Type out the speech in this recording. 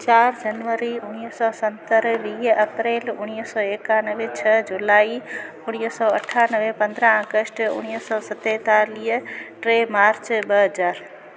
चारि जनवरी उणिवीह सौ सतरि वीह अप्रैल उणिवीह सौ एकानवे छह जुलाई उणिवीह सौ अठानवे पंद्राह अगस्ट उणिवीह सौ सतेतालीह टे मार्च ॿ हज़ार